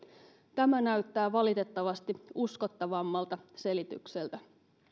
tämä näyttää valitettavasti uskottavammalta selitykseltä